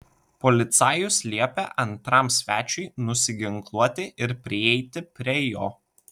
policajus liepė antram svečiui nusiginkluoti ir prieiti prie jo